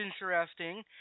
interesting